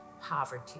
Poverty